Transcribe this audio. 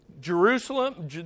Jerusalem